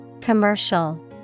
Commercial